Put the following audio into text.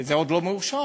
זה עוד לא מאושר.